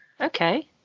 Okay